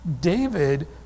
David